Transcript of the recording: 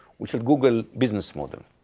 which are google business model.